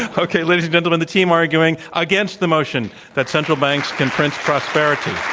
okay. ladies and gentlemen, the team arguing against the motion, that central banks can print prosperity.